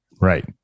Right